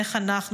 איך אנחנו,